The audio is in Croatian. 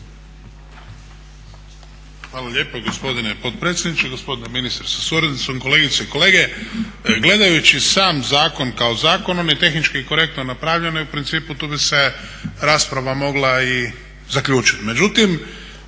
Hvala lijepo gospodine potpredsjedniče, gospodine ministre sa suradnicom, kolegice i kolege. Gledajući sam zakon kao zakon, on je tehnički korektno napravljen i u principu tu bi se rasprava mogla i zaključiti.